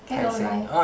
can you don't lie